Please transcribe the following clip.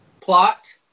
Plot